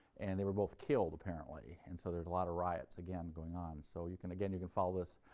and they were both killed apparently. and, so, there's a lot of riots again going on. so, you can again you can follow this,